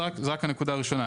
זאת רק הנקודה הראשונה,